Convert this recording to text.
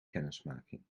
kennismaking